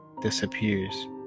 disappears